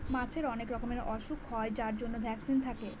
মাছের অনেক রকমের ওসুখ হয় যার জন্য ভ্যাকসিন থাকে